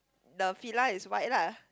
the Fila is white lah